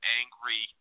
angry